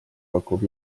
pakub